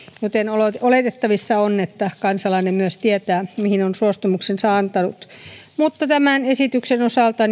joten oletettavissa on että kansalainen myös tietää mihin on suostumuksensa antanut tämän esityksen osalta